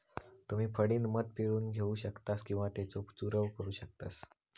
तुम्ही फणीनं मध पिळून घेऊ शकतास किंवा त्येचो चूरव करू शकतास